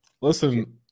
listen